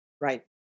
right